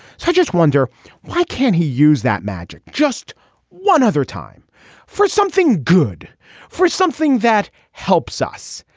so i just wonder why can't he use that magic. just one other time for something good for something that helps us.